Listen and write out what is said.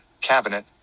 Cabinet